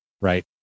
right